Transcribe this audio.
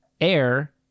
air